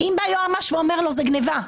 אם בא יועץ משפטי ואומר לו "זה גניבה".